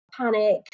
panic